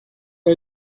are